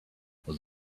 was